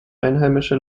einheimische